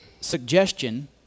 suggestion